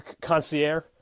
concierge